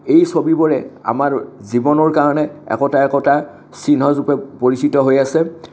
এই ছবিবোৰে আমাৰ জীৱনৰ কাৰণে একোটা একোটা চিহ্ন ৰূপে পৰিচিত হৈ আছে